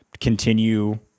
continue